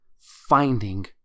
finding